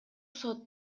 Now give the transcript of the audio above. сот